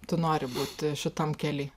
tu nori būti šitam kely